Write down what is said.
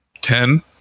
ten